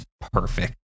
perfect